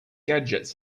gadgets